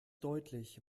deutlich